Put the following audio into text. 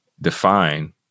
define